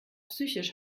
psychisch